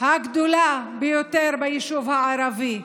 הגדולה ביותר ביישוב הערבי,